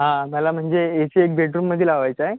हां मला म्हणजे ए सी एक बेडरूममध्ये लावायचा आहे